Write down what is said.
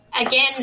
Again